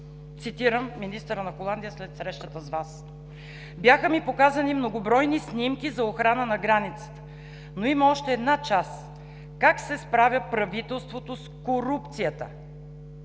Цитирам министъра на Холандия след срещата с Вас: „Бяха ми показани многобройни снимки за охрана на границата. Но има още една част – как се справя правителството с корупцията,